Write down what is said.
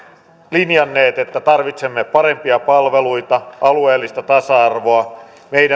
linjanneet että tarvitsemme parempia palveluita alueellista tasa arvoa